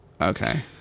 okay